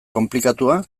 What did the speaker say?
konplikatua